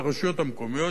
והרשויות המקומיות,